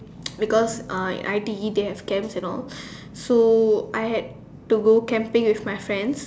because uh in I_T_E they have camps and all so I had to go camping with my friends